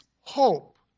hope